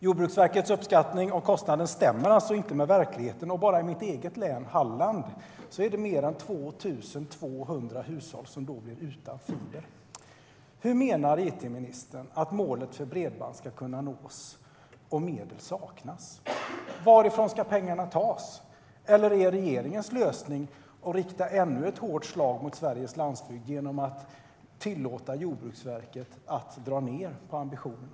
Jordbruksverkets uppskattning av kostnaden stämmer alltså inte med verkligheten, och bara i mitt eget län - Halland - är det mer än 2 200 hushåll som då blir utan fiber. Hur menar it-ministern att målet för bredband ska kunna nås om medel saknas? Varifrån ska pengarna tas? Är regeringens lösning att rikta ännu ett hårt slag mot Sveriges landsbygd genom att tillåta Jordbruksverket att dra ned på ambitionerna?